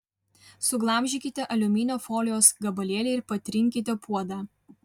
suglamžykite aliuminio folijos gabalėlį ir patrinkite puodą